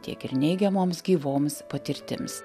tiek ir neigiamoms gyvoms patirtims